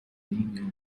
نیمی